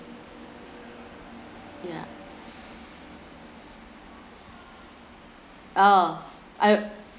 yeah orh I